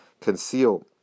conceal